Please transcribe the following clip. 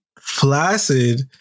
flaccid